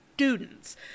Students